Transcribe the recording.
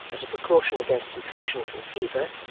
as a precaution against infection from fever,